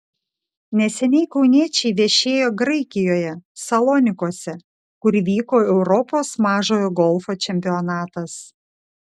neseniai kauniečiai viešėjo graikijoje salonikuose kur vyko europos mažojo golfo čempionatas